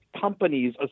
companies